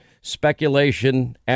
speculation